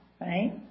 Right